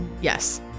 Yes